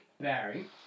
Barry